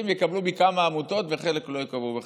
יקבלו מכמה עמותות וחלק לא יקבלו בכלל.